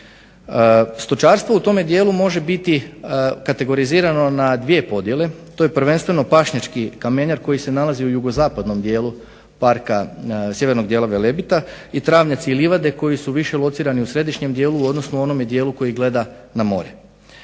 Stočarstvo u tome dijelu može biti kategorizirano na dvije podjele, to je prvenstveno pašnjački kamenjar koji se nalazi u jugozapadnom dijelu parka sjevernog dijela Velebita i travnjaci i livade koji su više locirani u središnjem dijelu u odnosu onome dijelu koji gleda na more.